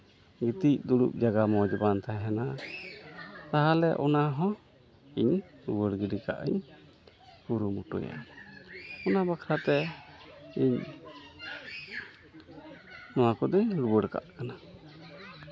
ᱜᱤᱛᱤᱡ ᱫᱩᱲᱩᱵ ᱡᱟᱭᱜᱟ ᱢᱚᱡᱽ ᱵᱟᱝ ᱛᱟᱦᱮᱱᱟ ᱛᱟᱦᱚᱞᱮ ᱚᱱᱟ ᱦᱚᱸ ᱤᱧ ᱨᱩᱣᱟᱹᱲ ᱜᱤᱰᱤ ᱠᱟᱜᱼᱟᱹᱧ ᱠᱩᱨᱩᱢᱩᱴᱩᱭᱟ ᱚᱱᱟ ᱵᱟᱠᱷᱨᱟᱛᱮ ᱤᱧ ᱱᱚᱣᱟ ᱠᱚᱫᱚᱧ ᱨᱩᱣᱟᱹᱲ ᱠᱟᱜ ᱠᱟᱱᱟ